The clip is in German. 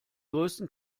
größten